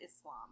Islam